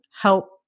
help